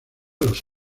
los